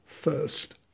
first